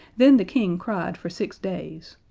then the king cried for six days,